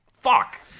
Fuck